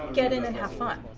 get in and have fun,